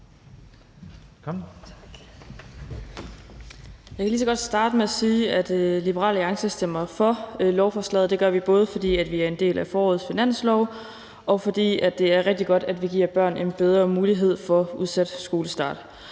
Jeg kan lige så godt starte med at sige, at Liberal Alliance stemmer for lovforslaget. Det gør vi både, fordi vi er en del af forårets finanslov, og fordi det er rigtig godt, at vi giver børn en bedre mulighed for udsat skolestart.